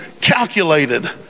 calculated